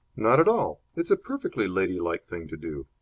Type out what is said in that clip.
not at all. it's a perfectly ladylike thing to do.